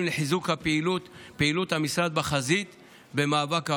לחיזוק פעילות המשרד בחזית המאבק בעוני.